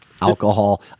alcohol